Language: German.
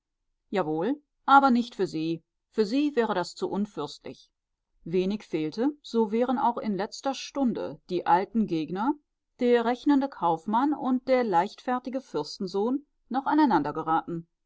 aber nicht für sie für sie wäre das zu unfürstlich wenig fehlte so wären auch in letzter stunde die alten gegner der rechnende kaufmann und der leichtfertige fürstensohn noch aneinander geraten